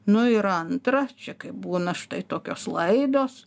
nu ir antra čia kaip būna štai tokios laidos